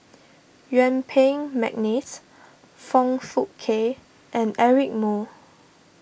Yuen Peng McNeice Foong Fook Kay and Eric Moo